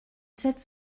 sept